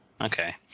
Okay